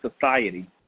society